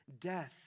death